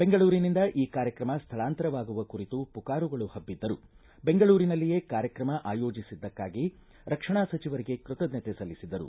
ಬೆಂಗಳೂರಿನಿಂದ ಈ ಕಾರ್ಯಕ್ರಮ ಸ್ಥಳಾಂತರವಾಗುವ ಕುರಿತು ಪುಕಾರುಗಳು ಹಬ್ಬಿದ್ದರೂ ಬೆಂಗಳೂರಿನಲ್ಲಿಯೇ ಕಾರ್ಯಕ್ರಮ ಆಯೋಜಿಸಿದ್ದಕ್ಕಾಗಿ ರಕ್ಷಣಾ ಸಚಿವರಿಗೆ ಕೃತಜ್ಞತೆ ಸಲ್ಲಿಸಿದರು